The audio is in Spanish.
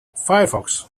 firefox